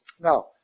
Now